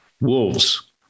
wolves